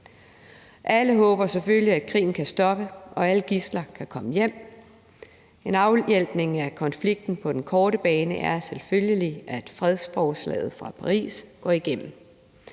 Alle håber selvfølgelig, at krigen kan stoppe, og at alle gidsler kan komme hjem. En afhjælpning af konflikten på den korte bane er selvfølgelig, at fredsforslaget fra Paris går igennem,